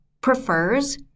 prefers